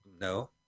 No